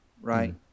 right